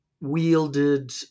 wielded